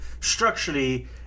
structurally